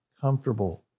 comfortable